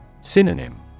Synonym